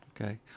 Okay